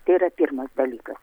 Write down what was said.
tai yra pirmas dalykas